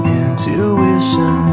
intuition